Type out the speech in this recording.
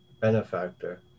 benefactor